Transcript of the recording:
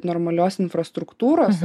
normalios infrastruktūros